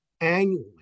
annually